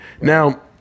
Now